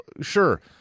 sure